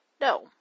no